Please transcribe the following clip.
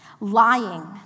lying